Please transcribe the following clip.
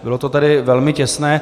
Bylo to tedy velmi těsné.